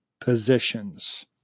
positions